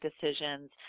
decisions